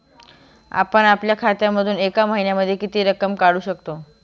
आपण आपल्या खात्यामधून एका महिन्यामधे किती रक्कम काढू शकतो?